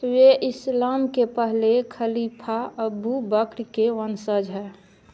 वे इस्लाम के पहले खलीफा अबु बक्र के वंशज है